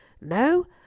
No